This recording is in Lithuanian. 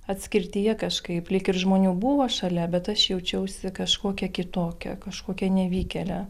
atskirtyje kažkaip lyg ir žmonių buvo šalia bet aš jaučiausi kažkokia kitokia kažkokia nevykėlė